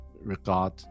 regard